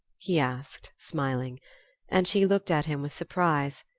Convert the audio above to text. he asked, smiling and she looked at him with surprise,